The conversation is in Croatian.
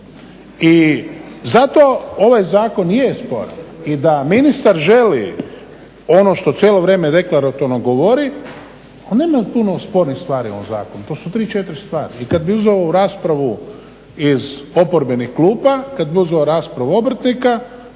I zato ovaj zakon i je sporan. I da ministar želi ono što cijelo vrijeme deklaratorno govori on nema puno spornih stvari u ovom zakonu, to su tri, četiri stvari. I kad bi uzeo ovu raspravu iz oporbenih klupa, kad bi uzeo raspravu obrtnika